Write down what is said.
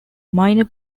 minor